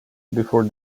before